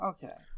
Okay